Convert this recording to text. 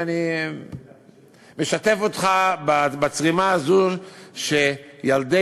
ואני משתף אותך בצרימה הזאת שילדי